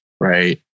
right